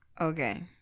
Okay